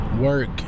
work